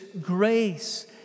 grace